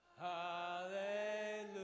Hallelujah